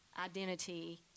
identity